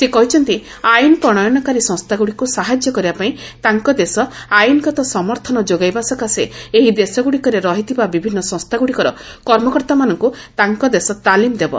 ସେ କହିଛନ୍ତି ଆଇନ୍ ପ୍ରଶୟନକାରୀ ସଂସ୍ଥାଗୁଡ଼ିକୁ ସାହାଯ୍ୟ କରିବା ପାଇଁ ତାଙ୍କ ଦେଶ ଆଇନ୍ଗତ ସମର୍ଥନ ଯୋଗାଇବା ସକାଶେ ଏହି ଦେଶଗୁଡ଼ିକରେ ରହିଥିବା ବିଭିନ୍ନ ସଂସ୍ଥାଗୁଡ଼ିକର କର୍ମକର୍ତ୍ତାମାନଙ୍କୁ ତାଙ୍କ ଦେଶ ତାଲିମ ଦେବ